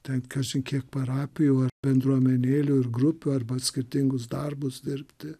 ten kažin kiek parapijų ar bendruomenėlių ir grupių arba skirtingus darbus dirbti